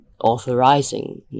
authorizing